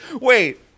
Wait